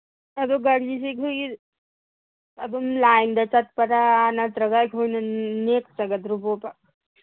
ꯑꯗꯨ ꯒꯥꯔꯤꯁꯤ ꯑꯩꯈꯣꯏꯒꯤ ꯑꯗꯨꯝ ꯂꯥꯏꯟꯗ ꯆꯠꯄꯔꯥ ꯅꯠꯇ꯭ꯔꯒ ꯑꯩꯈꯣꯏꯅ ꯅꯦꯛꯆꯒꯗ꯭ꯔꯕꯣꯕ